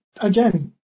Again